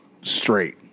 straight